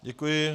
Děkuji.